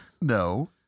No